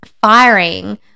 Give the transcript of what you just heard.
firing